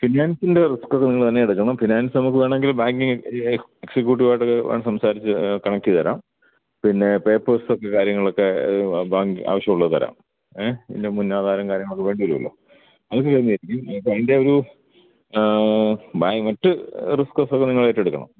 ഫിനാൻസിൻ്റെ റിസ്ക്കൊക്കെ നിങ്ങൾ എന്നെ എടുക്കണം ഫിനാൻസ് നമുക്ക് വേണമെങ്കിൽ ബാങ്കിങ് എക്സിക്യൂട്ടീവായിട്ടക്കെ വേണേൽ സംസാരിച്ച് കണക്റ്റെ ചെയ്ത് തരാം പിന്നെ പേപ്പേഴ്സ് കാര്യങ്ങളൊക്കെ ബാങ്ക് ആവശ്യമുള്ളത് തരാം ഏ ഇതിൻ്റെ മുന്നാധാരം കാര്യങ്ങളൊക്കെ വേണ്ടി വരോല്ലോ അതൊക്കെ ഞാനേറ്റു അപ്പോൾ അതിൻ്റെ ഒരു മറ്റ് റിസ്ക്കൊക്കെ നിങ്ങൾ ഏറ്റെടുക്കണം